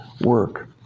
work